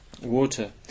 water